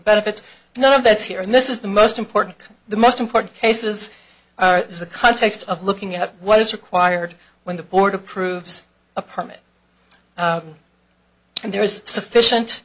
benefits none of that's here and this is the most important the most important cases is the context of looking at what is required when the board approves a permit and there is sufficient